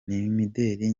n’imideli